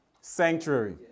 sanctuary